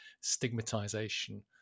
stigmatization